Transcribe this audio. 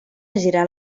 girar